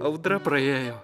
audra praėjo